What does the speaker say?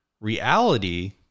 reality